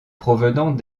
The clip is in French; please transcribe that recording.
provenant